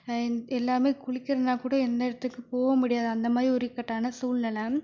இந் எல்லாருமே குளிக்கறதுன்னா கூட எந்த இடத்துக்கும் போக முடியாது அந்த மாரி ஒரு இக்கட்டான சூழ்நில